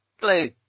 Blue